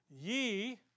ye